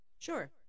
sure